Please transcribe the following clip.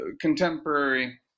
contemporary